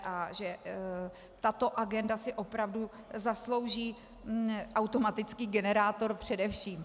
A že tato agenda si opravdu zaslouží automatický generátor především.